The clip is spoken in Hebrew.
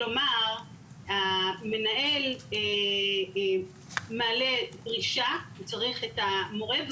כלומר המנהל מעלה דרישה שהוא צריך את המורה.